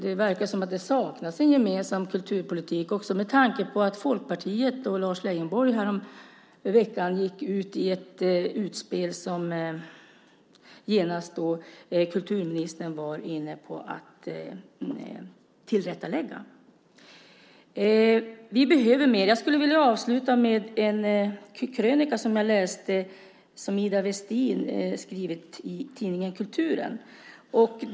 Det verkar som om det saknas en gemensam kulturpolitik, också med tanke på att Folkpartiet och Lars Leijonborg häromveckan gick ut i ett utspel som kulturministern genast var inne på att tillrättalägga. Vi behöver mer. Jag skulle vilja avsluta med en krönika som jag läste som Ida Westin skrivit i tidningen Kulturen.